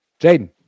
Jaden